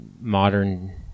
modern